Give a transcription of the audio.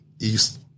east